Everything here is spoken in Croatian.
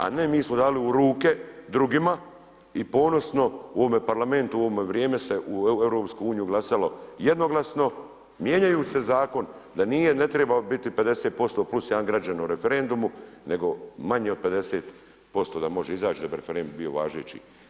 A ne mi smo dali u ruke drugima i ponosno u ovome Parlamentu u ovo vrijeme se u EU glasalo jednoglasno, mijenjajuć se zakon da nije ne treba biti 50% plus jedan građanin u referendumu nego manje od 50% da može izać da bi referendum bio važeći.